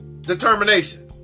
determination